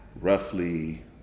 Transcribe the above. roughly